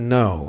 no